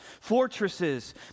fortresses